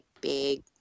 big